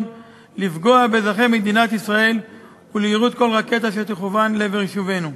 לפגוע באזרחי מדינת ישראל וליירוט כל רקטה שתכוון לעבר יישובינו.